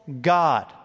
god